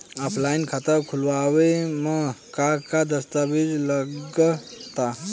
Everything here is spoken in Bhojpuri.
ऑफलाइन खाता खुलावे म का का दस्तावेज लगा ता?